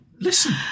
Listen